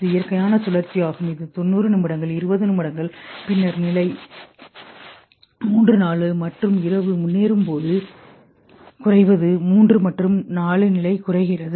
இது இயற்கையான சுழற்சியாகும் இது 90 நிமிடங்கள் 20 நிமிடங்கள் பின்னர் நிலை 3 4 மற்றும் இரவு முன்னேறும்போது குறைவது 3 மற்றும் 4 நிலை குறைகிறது